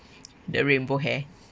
the rainbow hair